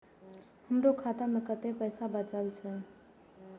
हमरो खाता में कतेक पैसा बचल छे?